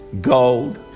gold